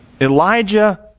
Elijah